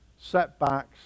setbacks